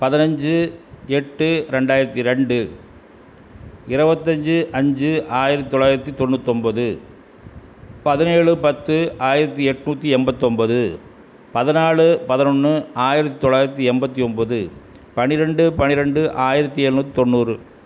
பதினஞ்சு எட்டு ரெண்டாயிரத்து ரெண்டு இருபத்தஞ்சி அஞ்சு ஆயிரத்து தொள்ளாயிரத்தி தொண்ணூத்தொம்பது பதினேழு பத்து ஆயிரத்து எட்நூற்றி எம்பத்தொம்பது பதினாலு பதினொன்று ஆயிரத்து தொள்ளாயிரத்தி எண்பத்தி ஒம்பது பன்னிரெண்டு பன்னிரெண்டு ஆயிரத்து எண்ணூற்றி தொண்ணூறு